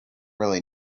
really